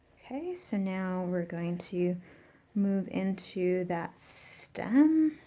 okay, so now we're going to move into that stem.